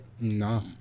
No